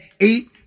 eight